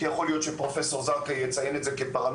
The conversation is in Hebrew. כי יכול להיות שפרופ' זרקא יציין את זה כפרמטר